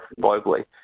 globally